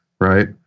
right